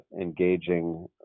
engaging